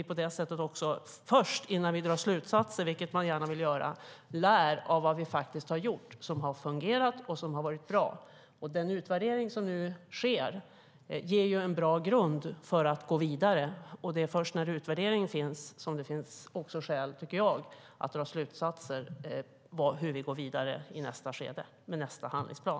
På det sättet, innan vi drar slutsatser som man gärna vill göra, lär vi faktiskt av vad vi har gjort som har fungerat och som har varit bra. Den utvärdering som nu sker ger en bra grund för att gå vidare, och det är först när utvärderingen finns som jag tycker att det finns skäl att dra slutsatser om hur vi går vidare i nästa skede med nästa handlingsplan.